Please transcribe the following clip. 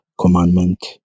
commandment